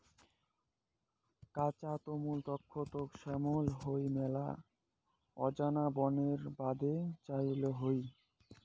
কাঁচা তলমু দ্যাখ্যাত শ্যামলা হই মেলা আনজা বানের বাদে চইল হই